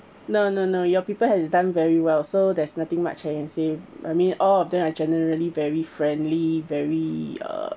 no no no your people has done very well so there's nothing much I can say I mean all of them are generally very friendly very uh